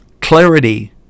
clarity